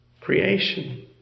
creation